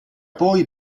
poi